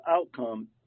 outcome